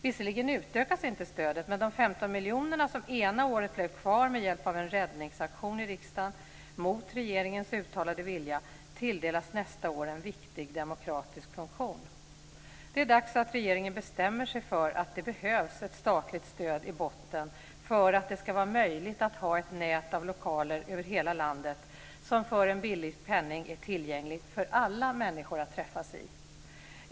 Visserligen utökas inte stödet, men de 15 miljoner som ena året blev kvar med hjälp av en räddningsaktion i riksdagen, mot regeringens uttalade vilja, tilldelas nästa år en viktig demokratisk funktion. Det är dags att regeringen bestämmer sig för att det behövs ett statligt stöd i botten för att det ska vara möjligt att ha ett nät av lokaler över hela landet som för en billig penning är tillgängliga för alla människor att träffas i.